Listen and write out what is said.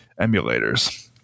emulators